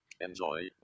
Enjoy